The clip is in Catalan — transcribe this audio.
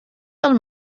del